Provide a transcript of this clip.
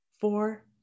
four